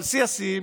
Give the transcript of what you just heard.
אבל שיא-השיאים,